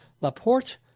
Laporte